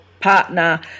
partner